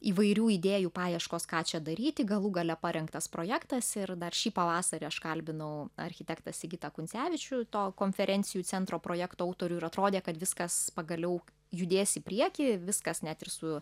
įvairių idėjų paieškos ką čia daryti galų gale parengtas projektas ir dar šį pavasarį aš kalbinau architektą sigitą kuncevičių to konferencijų centro projekto autorių ir atrodė kad viskas pagaliau judės į priekį viskas net ir su